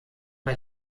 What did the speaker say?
bei